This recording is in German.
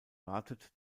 wartet